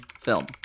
film